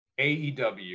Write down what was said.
AEW